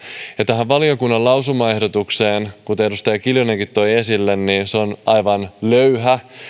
tähän valiokunnan lausumaehdotukseen kuten edustaja kiljunenkin toi esille se on aivan löyhä